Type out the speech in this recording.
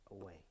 away